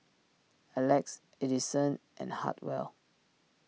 Alex Adison and Hartwell